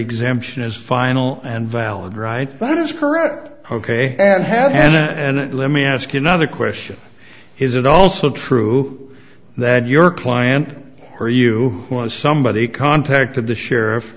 exemption is final and valid right that is correct ok and has and let me ask you not a question is it also true that your client or you want somebody contacted the sheriff